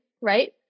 right